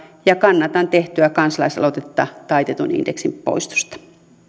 ja kannatan tehtyä kansalaisaloitetta taitetun indeksin poistosta